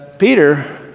Peter